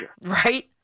Right